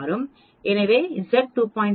எனவே Z 2